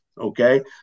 okay